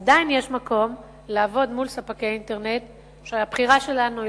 עדיין יש מקום לעבוד מול ספקי אינטרנט שהבחירה שלנו היא